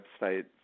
website